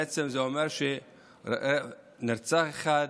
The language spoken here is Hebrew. בעצם זה אומר נרצח אחד